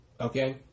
Okay